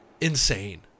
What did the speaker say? insane